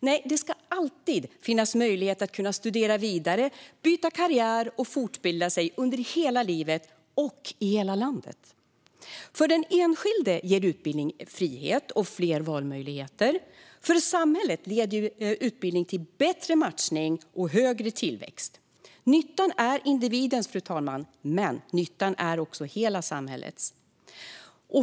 Nej, det ska alltid finnas möjlighet att studera vidare, byta karriär och fortbilda sig - under hela livet och i hela landet. För den enskilde ger utbildning frihet och fler valmöjligheter. För samhället leder utbildning till bättre matchning och högre tillväxt. Nyttan är individens, fru talman, men nyttan är också hela samhällets.